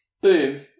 boom